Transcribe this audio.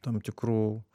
tam tikrų